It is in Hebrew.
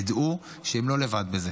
ידעו שהם לא לבד בזה.